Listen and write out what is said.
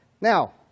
Now